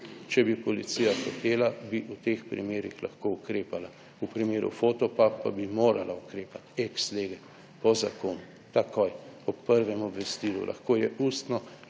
Če bi policija hotela, bi v teh primerih lahko ukrepala, v primeru Fotopuba bi morala ukrepati ex lege, po zakonu, takoj po prvem obvestilu, lahko je ustno,